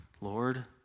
Lord